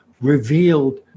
revealed